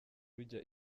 rujya